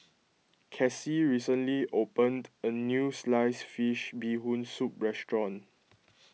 Casie recently opened a new Sliced Fish Bee Hoon Soup restaurant